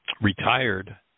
retired